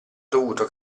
dovuto